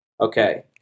Okay